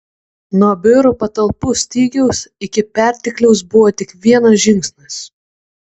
nuo biurų patalpų stygiaus iki pertekliaus buvo tik vienas žingsnis